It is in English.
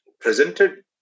presented